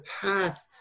path